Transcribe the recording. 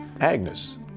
Agnes